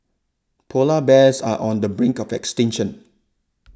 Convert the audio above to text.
Polar Bears are on the brink of extinction